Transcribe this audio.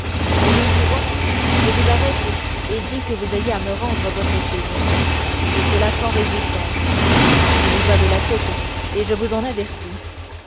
au nom du roi je vous arrête et dis que vous ayez à me rendre votre épée monsieur et cela sans résistance il y va de la tête je vous en avertis